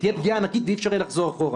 תהיה פגיעה ענקית ואי-אפשר יהיה לחזור אחורה,